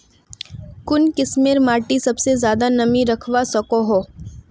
कुन किस्मेर माटी सबसे ज्यादा नमी रखवा सको हो?